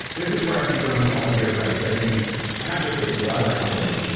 this is where i think journalists also get it right, that i think not just facebook, a lot of tech companies,